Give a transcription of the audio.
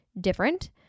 different